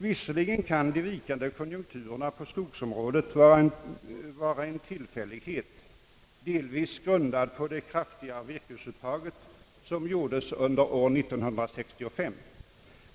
Visserligen kan de vikande konjunkturerna på skogsområdet vara en tillfällighet, delvis grundad på de kraftigare virkesuttag som gjordes under år 1965.